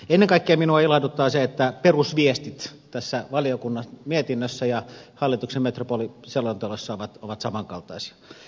ennen kaikkea minua ilahduttaa se että perusviestit tässä valiokunnan mietinnössä ja hallituksen metropoliselonteossa ovat samankaltaisia